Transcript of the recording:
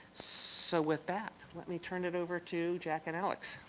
so with that let me turn it over to jack and alex.